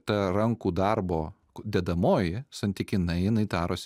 ta rankų darbo dedamoji santykinai jinai darosi